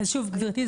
אז שוב גברתי,